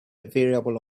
variable